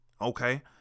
Okay